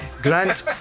Grant